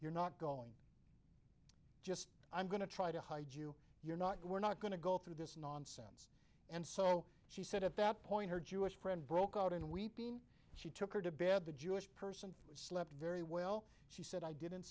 you're not going just i'm going to try to hide you you're not we're not going to go through this nonsense and so she said at that point her jewish friend broke out and weeping she took her to bed the jewish person slept very well she said i didn't